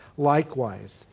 Likewise